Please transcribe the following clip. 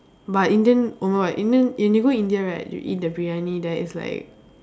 but Indian oh my god Indian if you go India right you eat the Briyani there is like